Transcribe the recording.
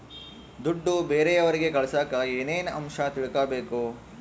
ದುಡ್ಡು ಬೇರೆಯವರಿಗೆ ಕಳಸಾಕ ಏನೇನು ಅಂಶ ತಿಳಕಬೇಕು?